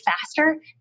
faster